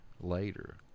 later